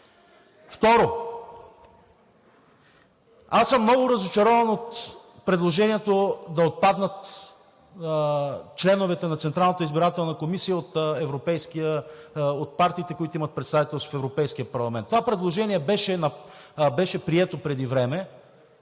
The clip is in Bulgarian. Второ, аз съм много разочарован от предложението да отпаднат членовете на Централната избирателна комисия от партиите, които имат представителство в Европейския парламент. Това предложение беше прието преди време